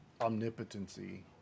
omnipotency